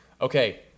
Okay